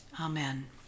Amen